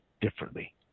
differently